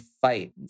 fight